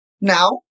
now